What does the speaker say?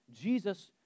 Jesus